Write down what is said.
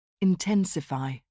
Intensify